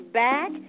back